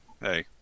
hey